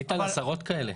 איתן, עשרות כאלה.